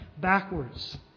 backwards